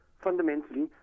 fundamentally